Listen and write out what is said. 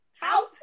House